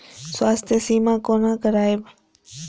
स्वास्थ्य सीमा कोना करायब?